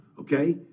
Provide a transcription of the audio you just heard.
Okay